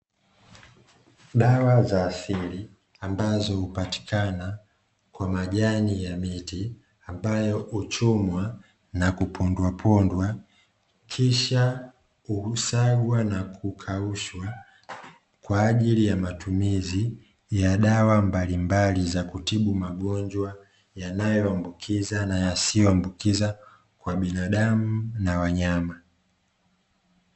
Dawa za asili, ambazo hupatikana kwa majani ya miti ambayo huchumwa na kupondwapondwa, kisha husagwa na kukaushwa, kwa ajili ya matumizi ya dawa mbalimbali za kutibu magonjwa yanayoambukiza na yasiyoambukiza, kwa binadamu na wanyama.